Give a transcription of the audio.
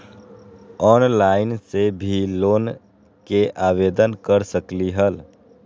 Online से भी loan के आवेदन कर सकलीहल?